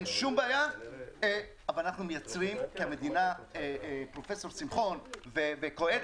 אין שום בעיה אבל אנחנו מייצרים כי המדינה פרופסור שמחון וקהלת